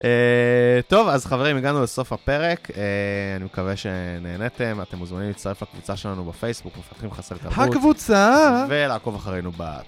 אה, טוב, אז חברים, הגענו לסוף הפרק, אה, אני מקווה שנהנתם, אתם מוזמנים להצטרף לקבוצה שלנו בפייסבוק, מפתחים חסר תרבות. הקבוצה! ולעקוב אחרינו ב...